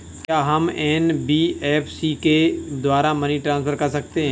क्या हम एन.बी.एफ.सी के द्वारा मनी ट्रांसफर कर सकते हैं?